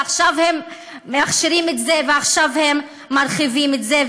ועכשיו הם מכשירים את זה ועכשיו הם מרחיבים את זה.